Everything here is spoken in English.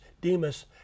demas